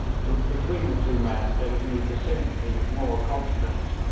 since between the two men there was neither sympathy nor confidence.